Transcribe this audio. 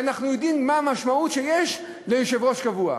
ואנחנו יודעים מה המשמעות שיש ליושב-ראש קבוע.